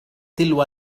تلو